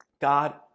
God